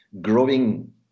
growing